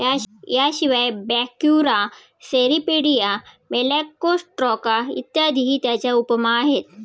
याशिवाय Brachyura, Cirripedia, Malacostraca इत्यादीही त्याच्या उपमा आहेत